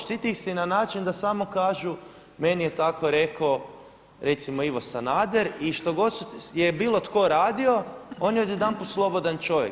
Štiti ih se i na način da samo kažu meni je tako rekao recimo Ivo Sanader i što god je bilo tko radio on je odjedanput slobodan čovjek.